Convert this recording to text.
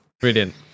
Brilliant